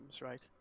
right